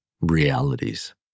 realities